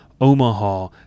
Omaha